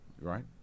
right